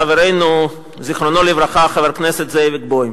חברנו, זיכרונו לברכה, חבר הכנסת זאביק בוים.